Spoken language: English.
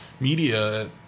media